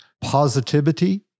positivity